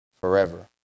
forever